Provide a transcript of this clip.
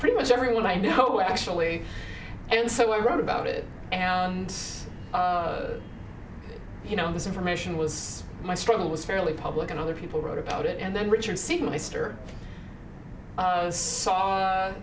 pretty much everyone i know actually and so i wrote about it and you know this information was my struggle was fairly public and other people wrote about it and then richard